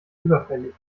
überfällig